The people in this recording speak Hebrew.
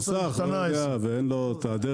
המוסכים לא יודעים שהשמן